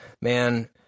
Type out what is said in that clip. man